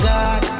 God